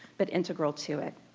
but integral to it.